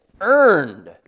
earned